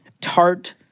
tart